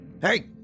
Hey